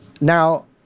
Now